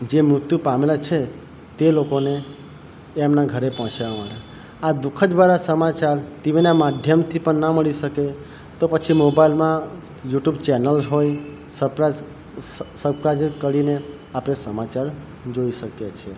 જે મુત્યુ પામેલા છે તે લોકોને એમના ઘરે પહોંચવા આ દુઃખદ ભર્યા સમાચાર ટીવીના માધ્યમથી પણ ના મળી શકે તો પછી મોબાઈલમાં યુટ્યુબ ચેનલ હોય સબ્સ્ક્રાઇબ કરીને આપણે સમાચાર જોઈ શકીએ છીએ